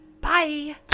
Bye